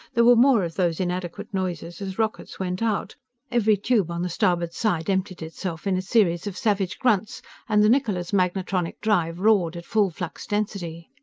there were more of those inadequate noises as rockets went out every tube on the starboard side emptied itself in a series of savage grunts and the niccola's magnetronic drive roared at full flux density.